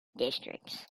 districts